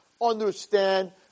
understand